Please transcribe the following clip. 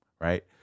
right